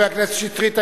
בבקשה, חבר הכנסת שטרית.